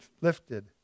lifted